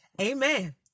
Amen